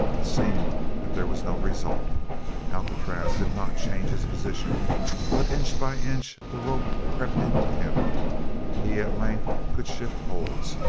it seemed that there was no result alcatraz did not change his position but inch by inch the rope crept in to him he at length could shift holds,